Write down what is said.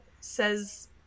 Says